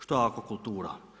Što je akvakultura?